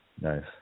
Nice